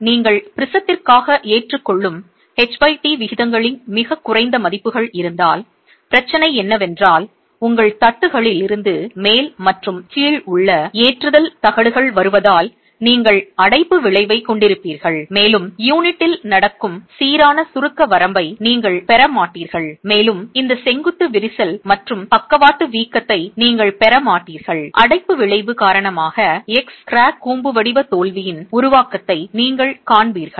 ஆனால் நீங்கள் ப்ரிஸத்திற்காக ஏற்றுக்கொள்ளும் ht விகிதங்களின் மிகக் குறைந்த மதிப்புகள் இருந்தால் பிரச்சனை என்னவென்றால் உங்கள் தட்டுகளில் இருந்து மேல் மற்றும் கீழ் உள்ள ஏற்றுதல் தகடுகள் வருவதால் நீங்கள் அடைப்பு விளைவைக் கொண்டிருப்பீர்கள் மேலும் யூனிட்டில் நடக்கும் சீரான சுருக்க வரம்பை நீங்கள் பெற மாட்டீர்கள் மேலும் இந்த செங்குத்து விரிசல் மற்றும் பக்கவாட்டு வீக்கத்தை நீங்கள் பெற மாட்டீர்கள் அடைப்பு விளைவு காரணமாக x கிராக் கூம்பு வடிவ தோல்வியின் உருவாக்கத்தை நீங்கள் காண்பீர்கள்